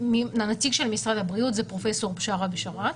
נציג של משרד הבריאות הוא פרופ' בשארה בשארה,